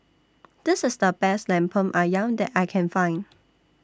This IS The Best Lemper Ayam that I Can Find